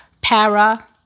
Para